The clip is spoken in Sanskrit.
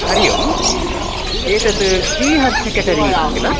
हरि ओम् एतत् श्रीहर्ष केटरिङ्ग् किल